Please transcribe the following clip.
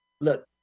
Look